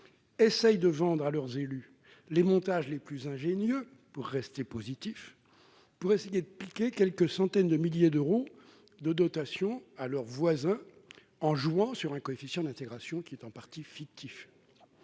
occupés à vendre à leurs élus les montages les plus ingénieux - je m'exprime de manière positive -, pour essayer de prélever quelques centaines de milliers d'euros de dotations à leurs voisins, en jouant sur un coefficient d'intégration qui est en partie «